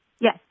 Yes